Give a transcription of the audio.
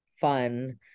fun